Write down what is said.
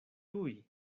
tuj